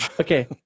Okay